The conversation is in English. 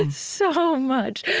and so much,